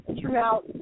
throughout